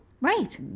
right